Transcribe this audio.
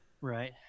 Right